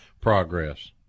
progress